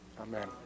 Amen